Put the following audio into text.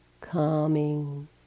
Calming